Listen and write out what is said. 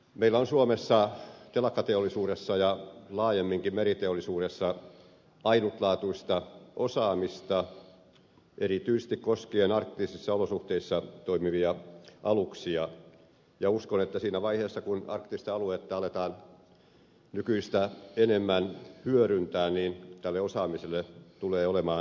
meillä on suomessa telakkateollisuudessa ja laajemminkin meriteollisuudessa ainutlaatuista osaamista erityisesti koskien arktisissa olosuhteissa toimivia aluksia ja uskon että siinä vaiheessa kun arktista aluetta aletaan nykyistä enemmän hyödyntää niin tälle osaamiselle tulee olemaan käyttöä